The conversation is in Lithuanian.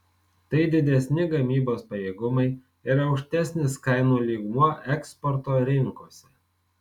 tai didesni gamybos pajėgumai ir aukštesnis kainų lygmuo eksporto rinkose